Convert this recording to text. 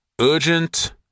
Urgent